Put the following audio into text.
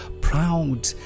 proud